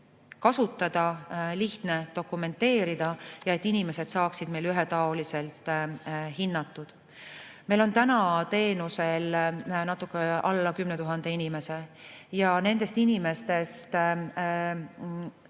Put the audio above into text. kasutada, lihtne dokumenteerida ja et inimesed saaksid meil ühetaoliselt hinnatud. Meil on täna teenusel natuke alla 10 000 inimese. Nendest inimestest